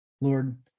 Lord